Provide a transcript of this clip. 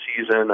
season